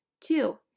Two